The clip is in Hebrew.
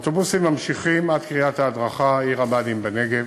האוטובוסים ממשיכים עד קריית ההדרכה עיר-הבה"דים בנגב.